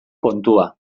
kontua